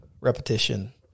repetition